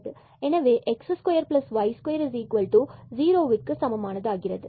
எனவே x2y2 ஜுரோவுக்கு சமமாகிறது